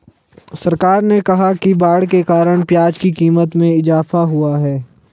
सरकार ने कहा कि बाढ़ के कारण प्याज़ की क़ीमत में इजाफ़ा हुआ है